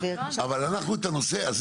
אבל אנחנו את הנושא הזה